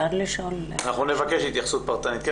אנחנו נבקש התייחסות פרטנית.